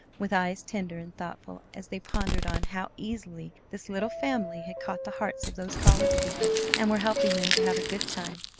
with eyes tender and thoughtful as they pondered on how easily this little family had caught the hearts of those college people, and were helping them to have a good time.